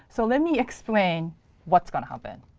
so let me explain what's going to happen.